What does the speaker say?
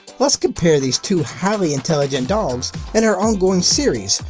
let's compare these two highly intelligent dogs in our on-going series,